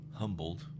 Humbled